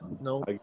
no